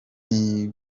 nti